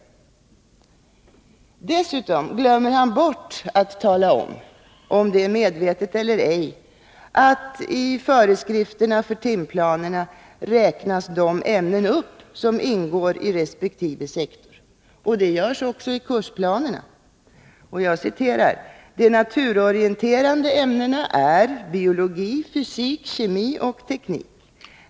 Dessutom glömmer skolministern bort att tala om — medvetet eller ej — att i föreskrifterna för timplanerna räknas de ämnen upp som ingår i resp. sektor. Detta görs också i kursplanerna — jag citerar: ”De naturorienterande ämnena är biologi, fysik, kemi och teknik.